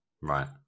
Right